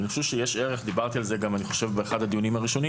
אבל אני חושב שיש ערך אני חושב שדיברתי על זה באחד הדיונים הראשונים